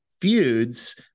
feuds